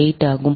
8 ஆகும்